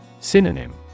Synonym